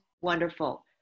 wonderful